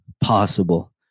possible